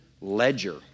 ledger